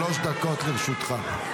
שלוש דקות לרשותך.